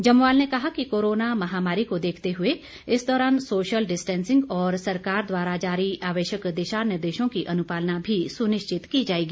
जम्वाल ने कहा कि कोरोना महामारी को देखते हुए इस दौरान सोशल डिस्टेंसिंग और सरकार द्वारा जारी आवश्यक दिशा निर्देशों की अनुपालना भी सुनिश्चित की जाएगी